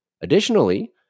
Additionally